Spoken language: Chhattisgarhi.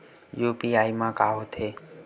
यू.पी.आई मा का होथे?